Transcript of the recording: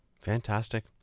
Fantastic